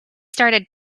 started